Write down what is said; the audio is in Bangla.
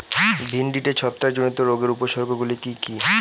ভিন্ডিতে ছত্রাক জনিত রোগের উপসর্গ গুলি কি কী?